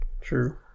True